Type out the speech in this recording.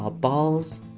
ah balls!